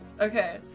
okay